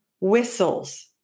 whistles